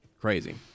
crazy